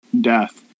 Death